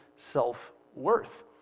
self-worth